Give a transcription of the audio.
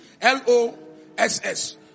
L-O-S-S